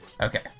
Okay